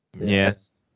yes